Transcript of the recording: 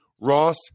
ross